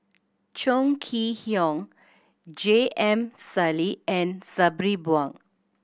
Chong Kee Hiong J M Sali and Sabri Buang